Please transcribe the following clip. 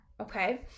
Okay